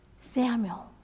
samuel